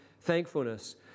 thankfulness